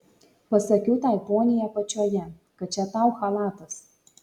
pasakiau tai poniai apačioje kad čia tau chalatas